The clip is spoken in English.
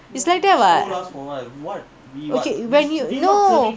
it's like that what okay when you no